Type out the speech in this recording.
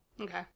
Okay